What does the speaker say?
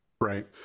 right